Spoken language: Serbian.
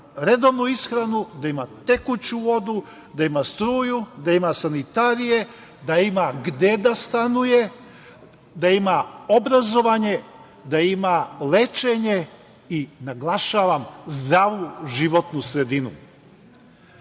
redovnu ishranu, da ima tekuću vodu, da ima struju, da ima sanitarije, da ima gde da stanuje, da ima obrazovanje, da ima lečenje i naglašavam – zdravu životnu sredinu.